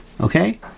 Okay